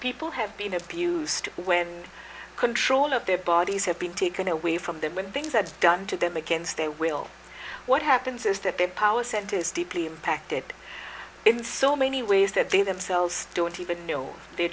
people have been abused when control of their bodies have been taken away from them when things are done to them against their will what happens is that their power center is deeply impacted in so many ways that they themselves don't even know they're